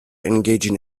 engaging